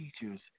teachers